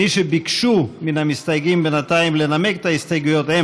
מי שביקשו מהמסתייגים בינתיים לנמק את ההסתייגויות הם